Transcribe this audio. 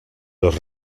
los